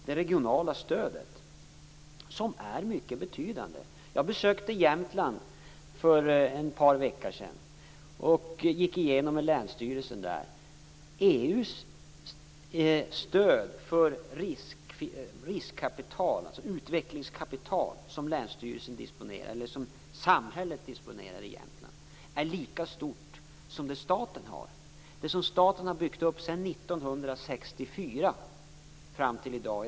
Det regionala stödet är mycket betydande. Jag besökte Jämtland för ett par veckor sedan och gick med Länsstyrelsen igenom EU:s riskkapitalstöd - utvecklingskapital - som samhället disponerar i Jämtland. Det är lika stort som statens stöd, dvs. det regionalpolitiska stöd som staten har byggt upp sedan 1964 fram till i dag.